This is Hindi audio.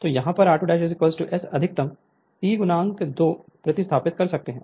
तो यहाँ हम r2 S अधिकतम T x 2 प्रतिस्थापित कर रहे हैं